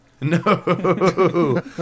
No